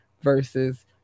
versus